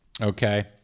Okay